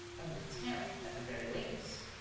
on the tenth, at the very latest.